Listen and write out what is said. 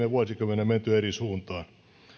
vuosikymmenellä menty eri suuntiin